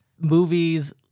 movies